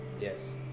Yes